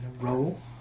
roll